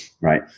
right